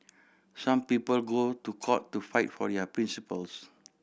some people go to court to fight for their principles